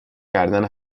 کردن